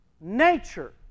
nature